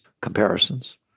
comparisons